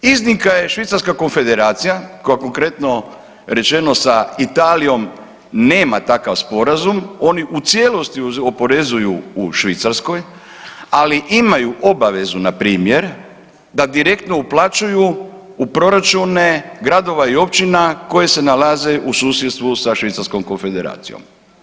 Iznimka je Švicarska Konfederacija koja konkretno rečeno sa Italijom nema takav sporazum, oni u cijelosti oporezuju u Švicarskoj ali imaju obavezu npr. da direktno uplaćuju u proračune gradova i općina koje se nalaze u susjedstvu sa Švicarskom Konfederacijom.